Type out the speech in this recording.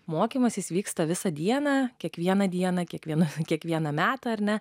mokymasis vyksta visą dieną kiekvieną dieną kiekviena kiekvieną metą ar ne